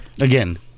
again